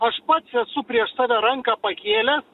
aš pats esu prieš save ranką pakėlęs